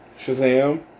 Shazam